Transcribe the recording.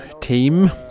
team